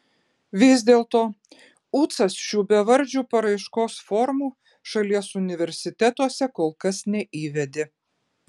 vis dėlto ucas šių bevardžių paraiškos formų šalies universitetuose kol kas neįvedė